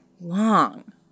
long